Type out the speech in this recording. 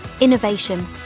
innovation